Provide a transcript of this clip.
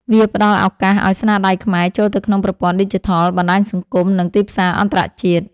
វាផ្ដល់ឱកាសឲ្យស្នាដៃខ្មែរ ចូលទៅក្នុងប្រព័ន្ធឌីជីថល បណ្ដាញសង្គម និងទីផ្សារអន្តរជាតិ